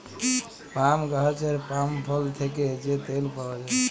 পাম গাহাচের পাম ফল থ্যাকে যে তেল পাউয়া যায়